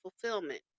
fulfillment